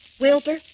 Wilbur